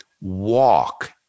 walk